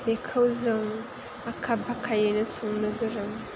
बेखौ जों आखा फाखायैनो संनो गोरों